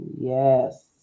yes